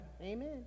Amen